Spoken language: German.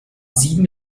sieben